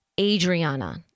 Adriana